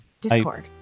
Discord